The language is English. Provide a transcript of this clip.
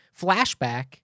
flashback